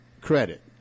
credit